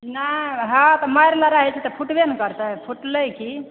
नहि हँ तऽ मारि लड़ाई हेतै तऽ फूटबै ने करतै